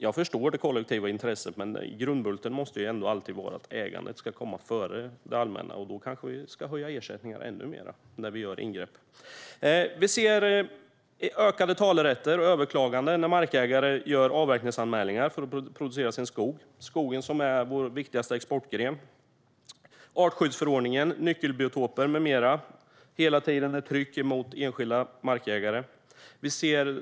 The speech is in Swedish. Jag förstår det kollektiva intresset, men grundbulten måste ändå alltid vara att ägandet ska komma före det allmänna. Då kanske vi ska höja ersättningarna ännu mer när vi gör ingrepp. Vi ser ökade talerätter och överklaganden när markägare gör avverkningsanmälningar för att producera skog. Skogen är vår viktigaste exportnäring. Det handlar om artskyddsförordningen, nyckelbiotoper med mera. Det är hela tiden ett tryck mot enskilda markägare.